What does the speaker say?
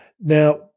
Now